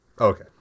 Okay